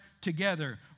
together